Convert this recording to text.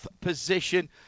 position